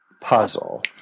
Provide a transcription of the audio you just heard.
puzzle